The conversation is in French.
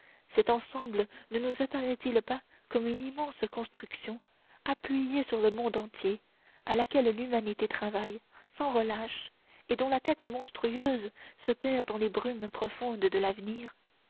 cet ensemble ne nous apparaît il pas comme une immense construction appuyée sur le monde entier à laquelle l'humanité travaille sans relâche et dont la tête monstrueuse se perd dans les brumes profondes de l'avenir